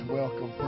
welcome